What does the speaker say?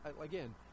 again